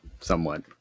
somewhat